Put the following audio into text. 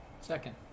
Second